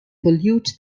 pollute